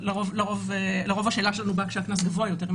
אבל לרוב השאלה שלנו באה כשהקנס גבוה יותר.